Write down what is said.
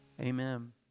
Amen